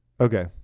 Okay